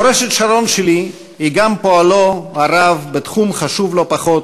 מורשת שרון שלי היא גם פועלו הרב בתחום חשוב לא פחות,